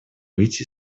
выйти